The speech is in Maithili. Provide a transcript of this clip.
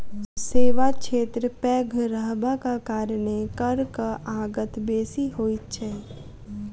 सेवा क्षेत्र पैघ रहबाक कारणेँ करक आगत बेसी होइत छै